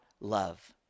love